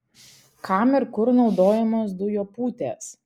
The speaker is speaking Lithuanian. kam ir kur naudojamos dujopūtės